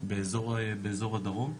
באזור הדרום,